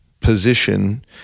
position